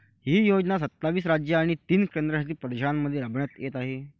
ही योजना सत्तावीस राज्ये आणि तीन केंद्रशासित प्रदेशांमध्ये राबविण्यात येत आहे